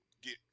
get